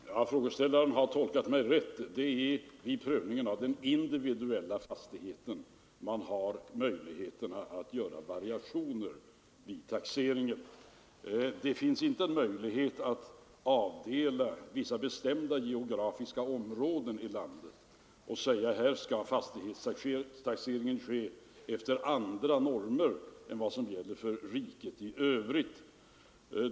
Herr talman! Frågeställaren har tolkat mig rätt. Det är vid prövningen av den individuella fastighetens taxeringsvärde man har möjligheter att göra variationer. Det går inte att avdela vissa bestämda geografiska områden i landet, där fastighetstaxeringen skall ske efter andra normer än vad som gäller för riket i övrigt.